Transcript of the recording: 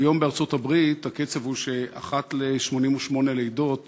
כיום בארצות-הברית הקצב הוא שאחת ל-88 לידות